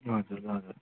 हजुर हजुर